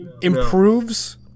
improves